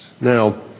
Now